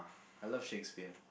I love Shakespeare